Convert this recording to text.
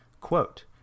Quote